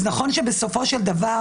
אז נכון שבסופו של דבר